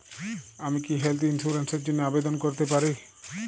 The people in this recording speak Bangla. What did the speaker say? আমি কি হেল্থ ইন্সুরেন্স র জন্য আবেদন করতে পারি?